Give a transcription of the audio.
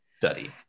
study